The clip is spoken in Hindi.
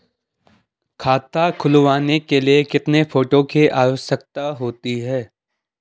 खाता खुलवाने के लिए कितने फोटो की आवश्यकता होती है?